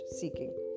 seeking